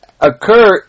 occur